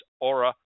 Aura